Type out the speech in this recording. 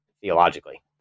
theologically